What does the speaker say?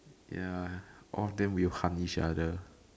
ya all of them will harm each other